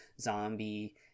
zombie